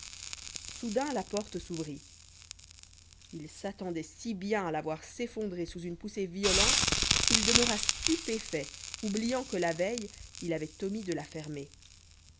soudain la porte s'ouvrit il s'attendait si bien à la voir s'effondrer sous une poussée violente qu'il demeura stupéfait oubliant que la veille il avait omis de la fermer